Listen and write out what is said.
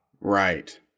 Right